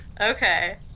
Okay